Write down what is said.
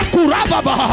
Kurababa